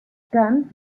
khan